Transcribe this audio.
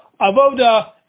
Avoda